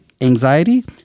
anxiety